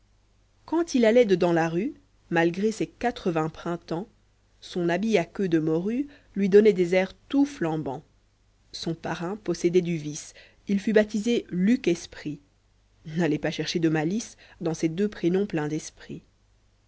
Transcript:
quand il allait dedans la rue malgré ses quatre vingts printemps son habit à queue de morue lui donnait des airs tout flambants son parrain possédait du vice il fut baptisé luc esprit valiez pas chercher de malice dans ces deux prénoms pleins d'esprit